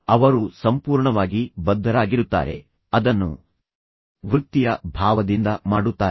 ಅವರು ಸಂಪೂರ್ಣವಾಗಿ ಬದ್ಧರಾಗಿರುತ್ತಾರೆ ಅದರಲ್ಲಿ ಸಂಪೂರ್ಣವಾಗಿ ತೊಡಗಿಸಿಕೊಂಡಿದ್ದಾರೆ ಮತ್ತು ನಂತರ ಅವರು ಅದನ್ನು ವೃತ್ತಿಯ ಭಾವದಿಂದ ಮಾಡುತ್ತಾರೆ